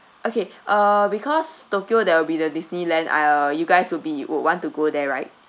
okay uh because tokyo there will be the disneyland uh you guys would be would want to go there right